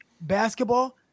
basketball